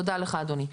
תודה אדוני.